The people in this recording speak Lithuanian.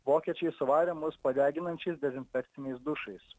vokiečiai suvarė mus po deginančiais dezinfekciniais dušais